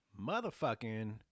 motherfucking